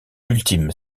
ultime